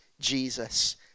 Jesus